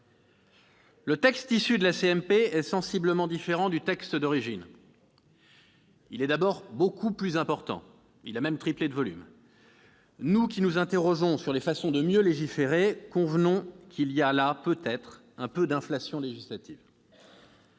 Le texte issu de la CMP est sensiblement différent du texte d'origine. Il est d'abord beaucoup plus important, puisqu'il a triplé de volume. Nous qui nous interrogeons sur la façon de mieux légiférer, convenons qu'il y a là, peut-être, un peu d'inflation législative